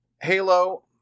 Halo